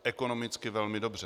Ekonomicky velmi dobře.